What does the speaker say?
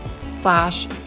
slash